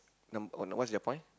num oh no what's their point